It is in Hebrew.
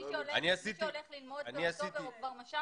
מי שהולך ללמוד באוקטובר, הוא כבר משך את הכסף.